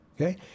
okay